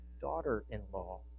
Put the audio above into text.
daughter-in-law